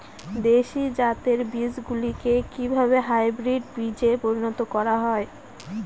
দেশি জাতের বীজগুলিকে কিভাবে হাইব্রিড বীজে পরিণত করা হয়?